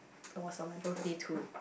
it was on my birthday too